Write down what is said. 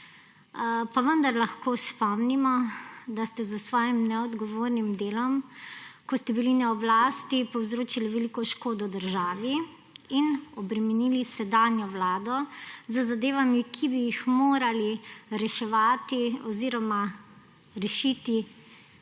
Pa vendar lahko spomnimo, da ste s svojim neodgovornim delom, ko ste bili na oblasti, povzročili veliko škodo državi in obremenili sedanjo vlado z zadevami, ki bi jih morali reševati oziroma rešiti,